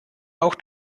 auch